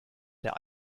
der